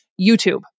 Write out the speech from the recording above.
YouTube